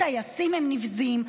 הטייסים הם נבזיים,